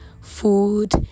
food